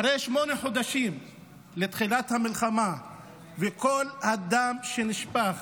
אחרי שמונה חודשים מתחילת המלחמה וכל הדם שנשפך,